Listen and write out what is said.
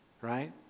right